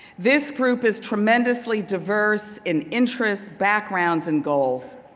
this group is tremendously diverse in interests, backgrounds, and goals.